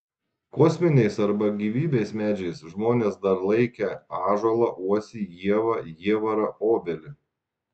kosminiais arba gyvybės medžiais žmonės dar laikę ąžuolą uosį ievą jievarą obelį